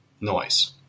noise